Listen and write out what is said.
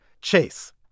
Chase